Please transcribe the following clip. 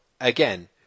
again